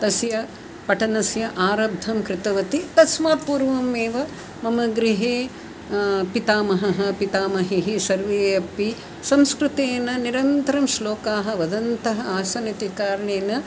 तस्य पठनस्य आरब्धं कृतवती तस्मात् पूर्वम् एव मम गृहे पितामहः पितामहिः सर्वे अपि संस्कृतेन निरन्तरं श्लोकाः वदन्ति आसन् इति कारणेन